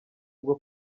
bwo